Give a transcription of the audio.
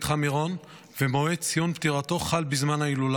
מירון ומועד סיום פטירתו חל בזמן ההילולה,